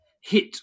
hit